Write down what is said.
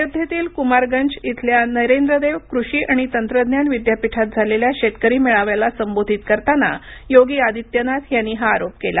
अयोध्येतील कुमारगंज इथल्या नरेंद्र देव कृषी आणि तंत्रज्ञान विद्यापीठात झालेल्या शेतकरी मेळाव्याला संबोधित करताना योगी आदित्यनाथ यांनी हा आरोप केला